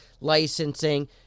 licensing